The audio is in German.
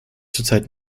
zurzeit